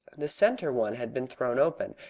the centre one had been thrown open,